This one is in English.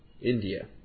India